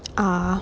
ah